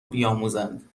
بیاموزند